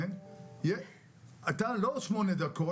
זה לא שמונה דקות,